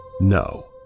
no